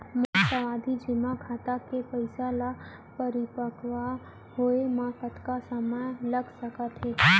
मोर सावधि जेमा खाता के पइसा ल परिपक्व होये म कतना समय लग सकत हे?